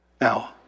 Now